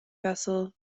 vessel